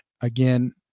again